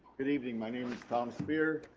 good evening my name is thomas speer.